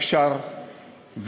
מנסה לעשות צדק כמה שרק אפשר,